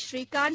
Srikanth